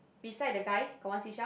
beside the guy got one seashell